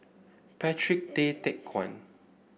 Patrick Tay Teck Guan